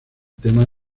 tema